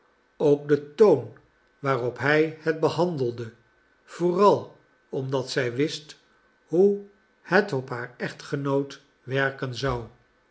ook de toon waarop hij het behandelde vooral omdat zij wist hoe het op haar echtgenoot werken zou